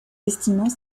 estimant